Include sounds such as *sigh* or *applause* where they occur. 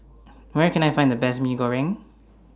*noise* Where Can I Find The Best Mee Goreng